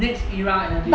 next era energy